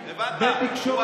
הבנת?